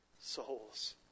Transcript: souls